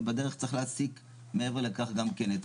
ובדרך צריך להעסיק מעבר לכך גם כן את